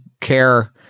care